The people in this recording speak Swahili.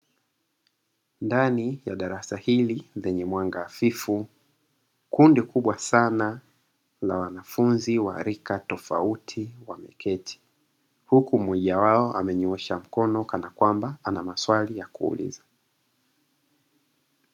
Ndani ya darasa hili lenye mwanga hafifu kundi kubwa sana la wanafunzi wa rika tofauti wameketi huku mmoja wao amenyoosha mkono kana kwamba ana maswali ya kuuliza.